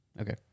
Okay